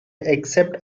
except